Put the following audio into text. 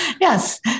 Yes